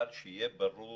שיהיה ברור